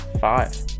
five